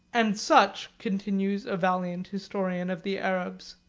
and such, continues a valiant historian of the arabs,